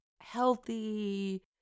healthy